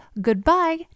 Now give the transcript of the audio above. goodbye